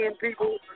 people